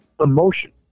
Emotion